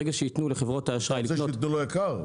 ברגע שייתנו לחברות האשראי --- אתה רוצה שייתנו לו יקר?